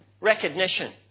recognition